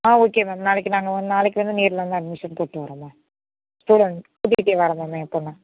ஆ okay ma'am நாளைக்கு நாங்கள் நாளைக்கு வந்து நேரில் வந்து அட்மிஷன் போட்டு வரோம் மேம் ஸ்டூடெண்ட் புது வர்றதாக இருந்தால் மேம் எப்போ மேம்